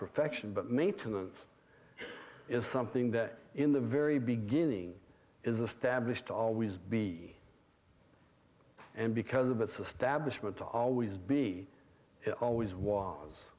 perfection but maintenance is something that in the very beginning is established to always be and because of it's the stablish meant to always be it always was